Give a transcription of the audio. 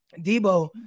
Debo